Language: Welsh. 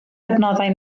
adnoddau